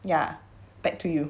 ya back to you